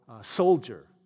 soldier